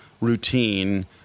routine